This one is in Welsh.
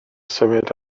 symud